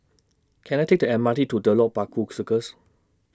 Can I Take The M R T to Telok Paku Circus